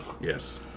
Yes